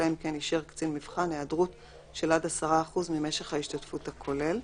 אלא אם כן אישר קצין מבחן היעדרות של עד 10% ממשך ההשתתפות הכולל.